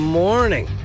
morning